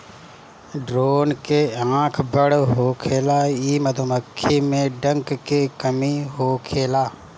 drone के आँख बड़ होखेला इ मधुमक्खी में डंक के कमी होखेला